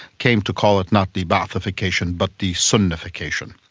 came to call it not de-ba'athification but de-sunnification.